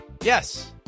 Yes